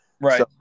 Right